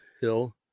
Hill